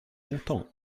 longtemps